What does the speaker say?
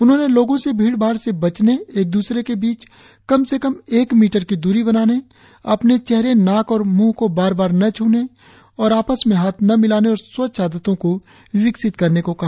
उन्होंने लोगों से भीड़ भाड़ से बचने एक द्रसरे के बीच कम से कम एक मीटर की दूरी बनाने अपने चेहरे नाक और मुह को बार बार न छूने आपस में हाथ न मिलाने और स्वच्छ आदतों को विकसित करने को कहा